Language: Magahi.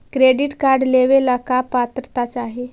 क्रेडिट कार्ड लेवेला का पात्रता चाही?